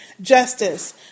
Justice